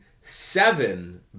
seven